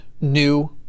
new